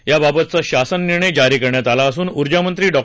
याबाबतचा शासन निर्णय जारी करण्यात आला असून ऊर्जामंत्री डॉ